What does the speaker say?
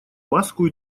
маску